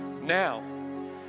Now